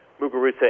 Muguruza